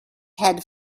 had